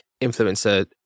influencer